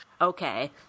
okay